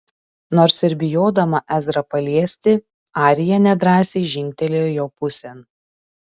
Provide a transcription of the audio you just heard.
nors ir bijodama ezrą paliesti arija nedrąsiai žingtelėjo jo pusėn